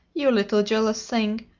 you little jealous thing!